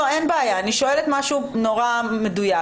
אני שואלת משהו מאוד מדויק.